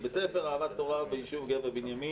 בבית הספר 'אהבת תורה' ביישוב גבע-בנימין,